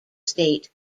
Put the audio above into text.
state